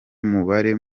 mubare